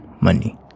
money